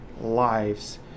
lives